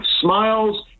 smiles